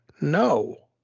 no